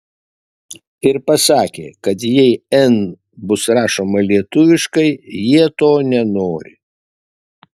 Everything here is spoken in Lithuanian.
ir pasakė kad jei n bus rašoma lietuviškai jie to nenori